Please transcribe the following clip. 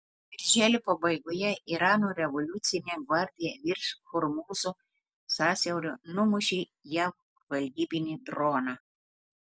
birželio pabaigoje irano revoliucinė gvardija virš hormūzo sąsiaurio numušė jav žvalgybinį droną